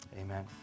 amen